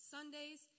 Sundays